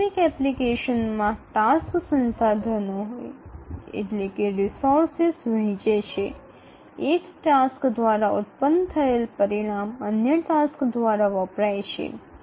বাস্তবসম্মত প্রয়োগে কাজগুলি সম্পদগুলি ভাগ করে একটি কাজ দ্বারা উত্পাদিত ফলাফলটি অন্য কাজগুলি দ্বারা ব্যবহৃত হয়